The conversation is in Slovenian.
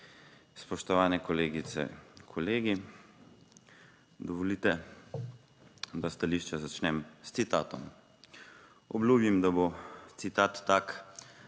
spoštovane kolegice in kolegi. Dovolite, da stališče začnem s citatom. Obljubim, da bo citat tak,